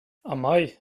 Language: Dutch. amai